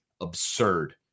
absurd